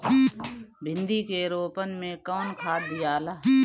भिंदी के रोपन मे कौन खाद दियाला?